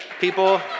people